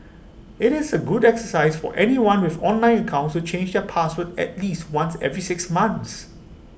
IT is A good exercise for anyone with online accounts to change the passwords at least once every six months